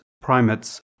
Primates